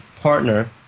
partner